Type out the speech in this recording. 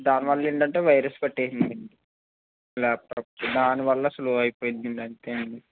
దాని వల్ల ఏంటంటే వైరస్ పట్టేసింది ల్యాప్టాప్కి దాని వల్ల స్లో అయిపోయింది అంతే అండి